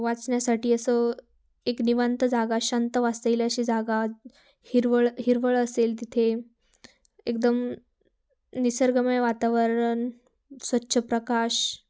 वाचण्यासाठी असं एक निवांंत जागा शांत वाचता येईल अशी जागा हिरवळ हिरवळ असेल तिथे एकदम निसर्गमय वातावरण स्वच्छ प्रकाश